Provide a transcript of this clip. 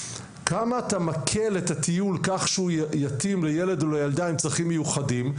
כמה אתה מקל את הטיול כך שהוא יתאים לילד או לילדה עם צרכים מיוחדים,